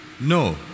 No